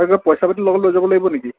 আৰু কিবা পইচা পাতি লগত লৈ যাব লাগিব নেকি